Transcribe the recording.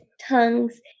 tongues